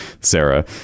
Sarah